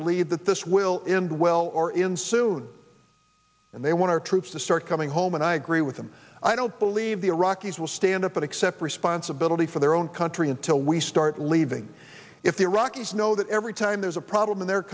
believe that this will end well or in soon and they want our troops to start coming home and i agree with them i don't believe the iraqis will stand up accept responsibility for their own country until we start leaving if the iraqis know that every time there's a problem in their